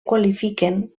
qualifiquen